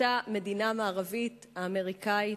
אותה מדינה מערבית, האמריקנית,